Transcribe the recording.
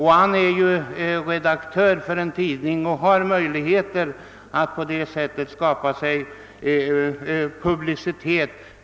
Han är ju redaktör för en tidning och har möjlighet att på det sättet skaffa sig publicitet.